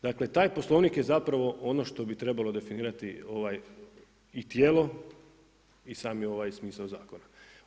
Dakle taj poslovnik je zapravo ono što bi trebalo definirati i tijelo i sami ovaj smisao zakona.